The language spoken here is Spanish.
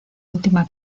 última